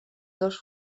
dels